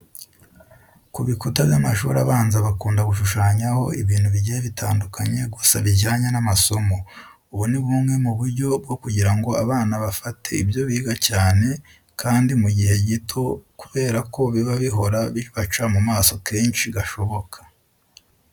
Ku bikuta by'amashuri abanza bakunda gushushanyaho ibintu bigiye bitandukanye gusa bijyanye n'amasomo. Ubu ni bumwe mu buryo bwo kugira ngo abana bafate ibyo biga cyane kandi mu gihe gito kubera ko biba bihora bibaca mu maso kenshi gashoboka.